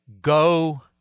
go